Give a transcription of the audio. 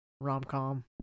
rom-com